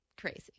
Crazy